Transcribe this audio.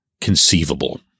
conceivable